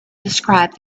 described